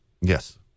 Yes